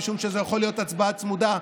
כי זאת יכולה להיות הצבעה צמודה.